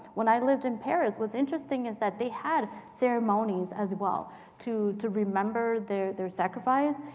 when i lived in paris, what's interesting is that they had ceremonies as well to to remember their their sacrifice.